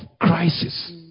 crisis